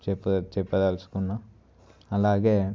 చెప్ప చెప్పదలుచుకున్న అలాగే